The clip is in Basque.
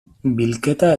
bilketa